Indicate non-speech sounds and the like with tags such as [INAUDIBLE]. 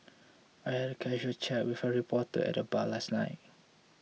[NOISE] I had a casual chat with [UNINTELLIGIBLE] reporter at the bar last night